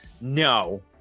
No